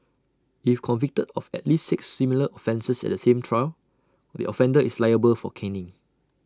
if convicted of at least six similar offences at the same trial the offender is liable for caning